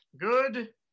Good